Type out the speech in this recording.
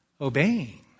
obeying